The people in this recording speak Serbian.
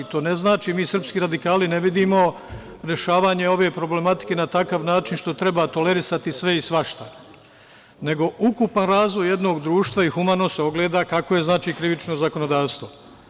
Mi srpski radikali ne vidimo rešavanje ove problematike na takav način što treba tolerisati sve i svašta, nego ukupan razvoj jednog društva i humanost se ogleda kako je krivično zakonodavstvo.